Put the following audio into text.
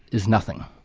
is nothing.